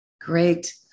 Great